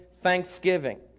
thanksgiving